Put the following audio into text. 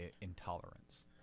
intolerance